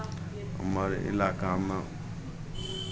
हमर इलाकामे